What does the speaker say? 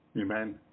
Amen